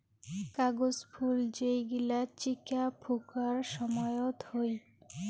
কাগজ ফুল যেই গিলা চিকা ফুঁকার সময়ত হই